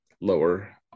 lower